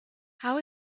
how